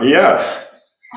Yes